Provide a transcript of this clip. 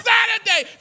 Saturday